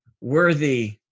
worthy